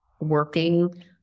working